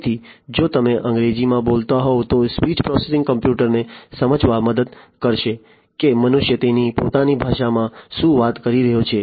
તેથી જો તમે અંગ્રેજીમાં બોલતા હોવ તો સ્પીચ પ્રોસેસિંગ કોમ્પ્યુટરને સમજવામાં મદદ કરશે કે મનુષ્ય તેમની પોતાની ભાષામાં શું વાત કરી રહ્યો છે